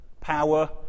power